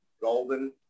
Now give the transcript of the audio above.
golden